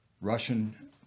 Russian